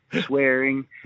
swearing